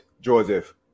Joseph